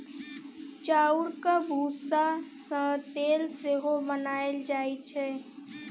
चाउरक भुस्सा सँ तेल सेहो बनाएल जाइ छै